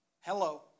Hello